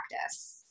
practice